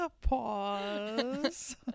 Pause